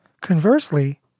Conversely